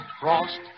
Frost